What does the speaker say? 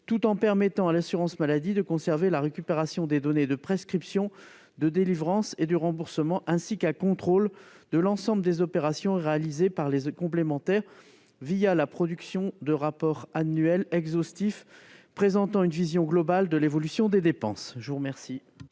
tout en permettant à l'assurance maladie de conserver la récupération des données de prescription, de délivrance et de remboursement, ainsi qu'un contrôle de l'ensemble des opérations réalisées par les complémentaires, la production de rapports annuels exhaustifs présentant une vision globale de l'évolution des dépenses.